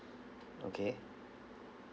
okay